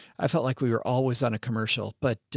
i felt like we were always on a commercial, but.